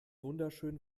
wunderschön